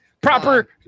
proper